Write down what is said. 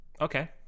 Okay